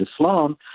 Islam